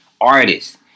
artists